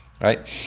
right